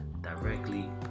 directly